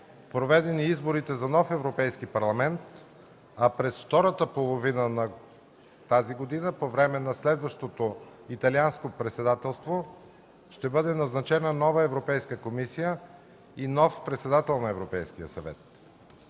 проведени изборите за нов Европейски парламент, а през втората половина на тази година – по време на следващото Италианско председателство, ще бъде назначена нова Европейска комисия и нов председател на Европейския съвет.